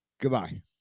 Goodbye